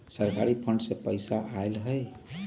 सरकारी फंड से पईसा आयल ह?